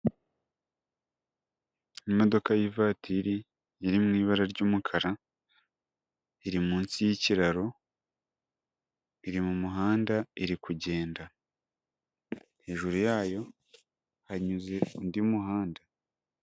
Imodoka y'ivatiri iri mu ibara ry'umukara, iri munsi y'ikiraro, iri mu muhanda, iri kugenda, hejuru yayo hanyuze undi muhanda.